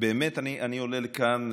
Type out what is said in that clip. באמת אני עולה לכאן,